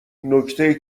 نکته